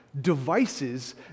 devices